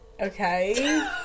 Okay